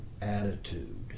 attitude